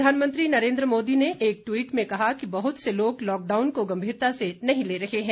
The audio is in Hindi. प्रधानमंत्री नरेंद्र मोदी ने एक ट्वीट में कहा कि बहत से लोग लॉकडाउन को गंभीरता से नहीं ले रहे हैं